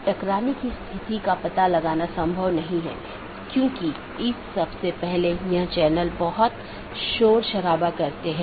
AS के भीतर इसे स्थानीय IGP मार्गों का विज्ञापन करना होता है क्योंकि AS के भीतर यह प्रमुख काम है